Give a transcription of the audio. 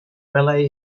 welai